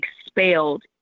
expelled